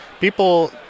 people